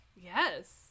Yes